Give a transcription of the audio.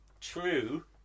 true